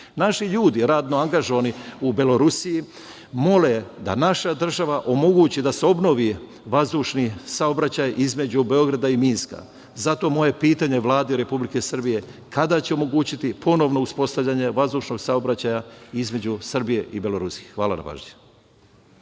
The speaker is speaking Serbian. Naši ljudi radno angažovani u Belorusiji mole da naša država omogući da se obnovi vazdušni saobraćaj između Beograda i Minska. Zato moje pitanje Vladi Republike Srbije glasi - kada će omogućiti ponovno uspostavljanje vazdušnog saobraćaja između Srbije i Belorusije? Hvala na pažnji.